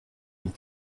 and